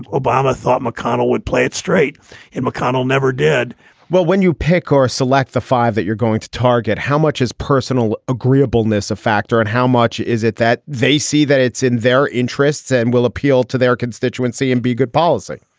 obama thought mcconnell would play it straight and mcconnell never did well, when you pick or select the five that you're going to target, how much his personal agreeableness a factor and how much is it that they see that it's in their interests and will appeal to their constituency and be good policy?